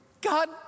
God